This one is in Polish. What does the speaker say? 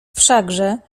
wszakże